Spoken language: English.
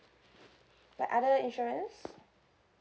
like other insurance